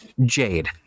jade